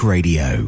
Radio